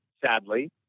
sadly